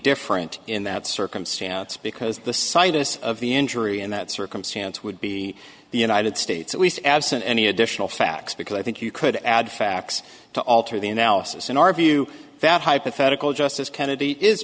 different in that circumstance because the situs of the injury in that circumstance would be the united states at least absent any additional facts because i think you could add facts to alter the analysis in our view that hypothetical justice kennedy is